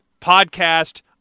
podcast